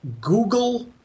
Google